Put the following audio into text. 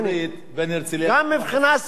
גם מבחינה סביבתית,